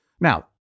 Now